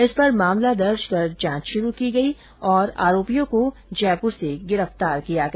इस पर मामला दर्ज कर जांच शुरू की गई और आरोपियों को जयपुर से गिरफ्तार किया गया